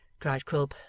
cried quilp,